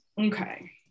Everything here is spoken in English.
Okay